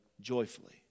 joyfully